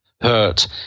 hurt